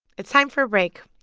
it's time for a break.